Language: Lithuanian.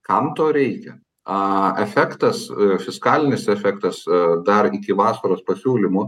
kam to reikia aaa efektas fiskalinis efektas dar iki vasaros pasiūlymų